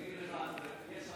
אני אגיד לך, יש הנחה.